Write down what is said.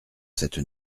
cette